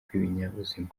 rw’ibinyabuzima